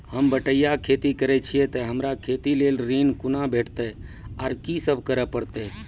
होम बटैया खेती करै छियै तऽ हमरा खेती लेल ऋण कुना भेंटते, आर कि सब करें परतै?